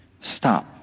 stop